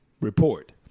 Report